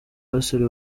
basore